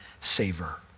savor